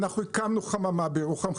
אנחנו הקמנו חממה בירוחם,